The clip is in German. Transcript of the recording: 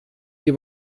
die